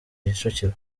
kicukiro